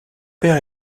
père